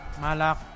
Malak